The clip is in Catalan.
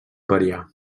variar